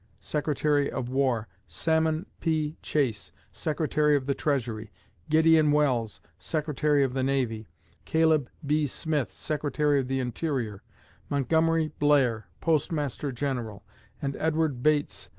secretary of war salmon p. chase, secretary of the treasury gideon welles, secretary of the navy caleb b. smith, secretary of the interior montgomery blair, postmaster general and edward bates,